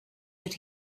that